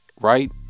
Right